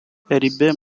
herbert